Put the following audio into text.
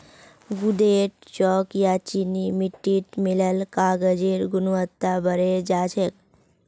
गूदेत चॉक या चीनी मिट्टी मिल ल कागजेर गुणवत्ता बढ़े जा छेक